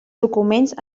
documents